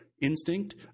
Instinct